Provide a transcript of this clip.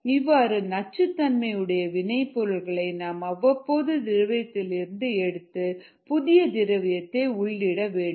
இவ்வாறு நச்சுத் தன்மையுடைய வினை பொருட்களை நாம் அவ்வப்போது திரவியத்தில் இருந்து எடுத்து புதிய திரவியத்தை உள்ளிட வேண்டும்